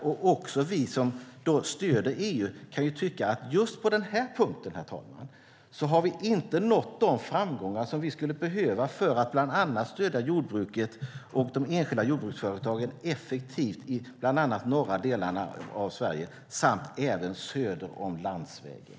Också vi som stöder EU kan tycka att just på den här punkten, herr talman, har vi inte nått de framgångar som vi skulle behöva för att bland annat stödja jordbruket och de enskilda jordbruksföretagen effektivt i bland annat de norra delarna av Sverige samt även söder om landsvägen.